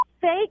fake